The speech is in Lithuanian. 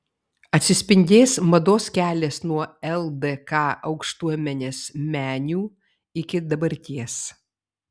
atsispindės mados kelias nuo ldk aukštuomenės menių iki dabarties